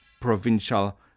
provincial